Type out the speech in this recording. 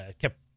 kept